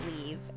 leave